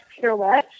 pirouette